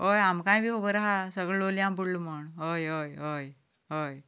हय आमकांय बी खबर आसा सगळें लोलयां बुडलां म्हूण हय हय हय हय